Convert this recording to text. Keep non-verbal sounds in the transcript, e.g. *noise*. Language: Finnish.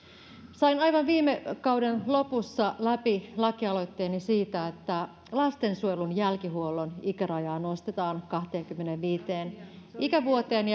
sain aivan viime kauden lopussa läpi lakialoitteeni siitä että lastensuojelun jälkihuollon ikärajaa nostetaan kahteenkymmeneenviiteen ikävuoteen *unintelligible*